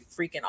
freaking